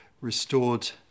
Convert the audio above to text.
restored